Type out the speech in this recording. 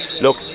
look